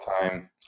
time